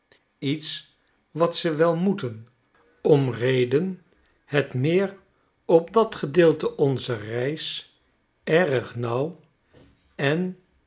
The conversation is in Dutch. iets wat ze wel moeten doen om reden het meer op dat gedeelte onzer reis erg nauw en